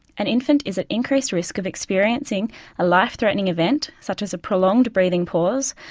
an infant is at increased risk of experiencing a life-threatening event such as a prolonged breathing pause,